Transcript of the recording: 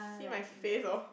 see my face orh